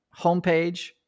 homepage